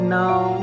now